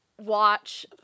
watch